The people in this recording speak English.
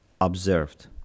observed